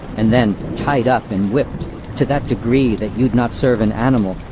and then tied up and whipped to that degree that you'd not serve an animal,